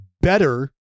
better